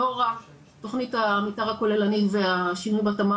לא רק תכנית המתאר הכוללני והשינוי (הפרעה בשידור